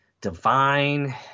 divine